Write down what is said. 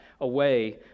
away